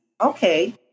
Okay